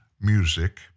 Music